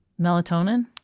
Melatonin